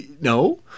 No